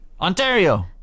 Ontario